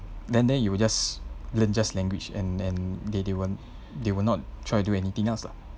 then then you will just learn just language and and they they won't they will not try to do anything else lah